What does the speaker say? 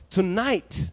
Tonight